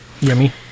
Yummy